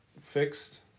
fixed